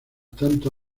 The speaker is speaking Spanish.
tanto